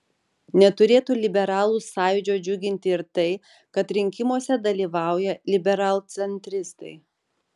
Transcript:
neturėtų liberalų sąjūdžio džiuginti ir tai kad rinkimuose dalyvauja liberalcentristai